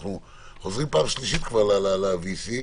אנחנו כבר חוזרים פעם שלישית על ה-VC.